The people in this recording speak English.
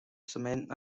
cement